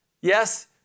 Yes